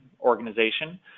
Organization